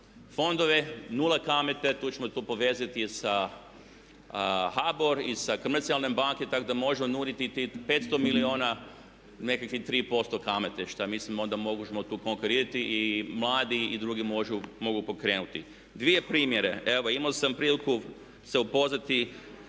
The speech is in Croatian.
fondova, 0 kamata, tu ćemo povezati sa HABOR i sa komercijalnim bankama tako da možemo nuditi tih 500 milijuna nekakvih 3% kamate šta mislimo da možemo tu konkurirati i mladi i drugi mogu pokrenuti. Dva primjera, evo imao sam priliku se upoznati,